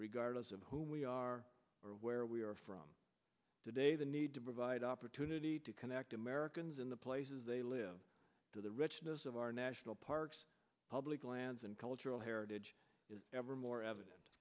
regardless of who we are or where we are from today the need to provide opportunity to connect americans in the places they live to the richness of our national parks public lands cultural heritage is ever more eviden